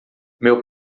meu